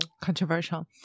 controversial